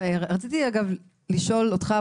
רציתי אגב לשאול אותך,